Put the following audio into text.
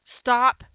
Stop